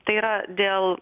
tai yra dėl